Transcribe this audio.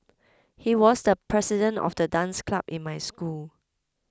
he was the president of the dance club in my school